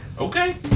Okay